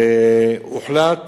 והוחלט